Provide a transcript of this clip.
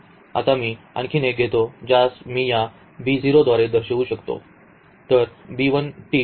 आता मी आणखी एक घेते ज्यास मी या द्वारे दर्शवू शकतो